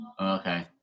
Okay